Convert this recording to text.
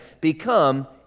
become